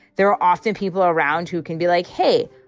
there are often people around who can be like, hey,